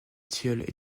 tilleul